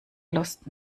lust